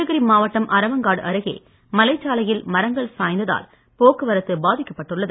நீலகிரி மாவட்டம் அறவங்காடு அருகே மலைச்சாலையில் மரங்கள் சாய்ந்ததால் போக்குவரத்து பாதிக்கப்பட்டுள்ளது